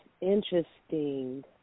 interesting